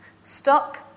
stuck